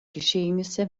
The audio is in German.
geschehnisse